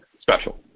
special